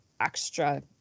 extra